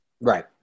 Right